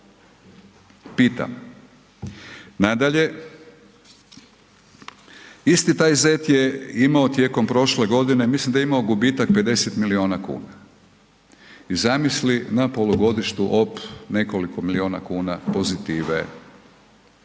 Pitam nadalje, isti taj ZET je imao tijekom prošle godine, mislim da je imao gubitak 50 milijuna kuna i zamisli na polugodištu op, nekoliko milijuna kuna pozitive.